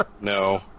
no